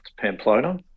Pamplona